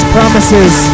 Promises